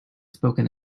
spoken